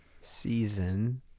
Season